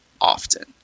often